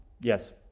Yes